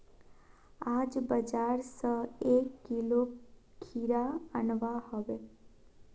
आज बाजार स एक किलो खीरा अनवा हबे